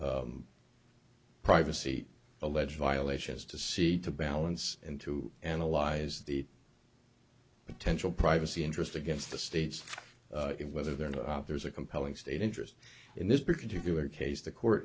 all privacy alleged violations to see to balance and to analyze the potential privacy interest against the states and whether they're now there's a compelling state interest in this particular case the court